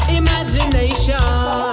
imagination